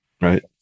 right